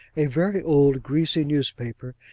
a very old greasy newspaper,